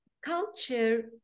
culture